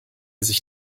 sich